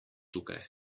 tukaj